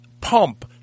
pump